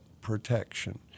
protection